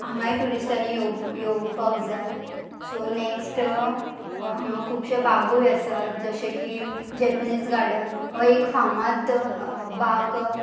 हांगाय ट्युरिस्टांनी येव येवपाक जाय सो नॅक्स्ट हांगा खुबशे बागूय आसात जशें की जेपनीज गार्डन हो एक फामाद बाग